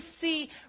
see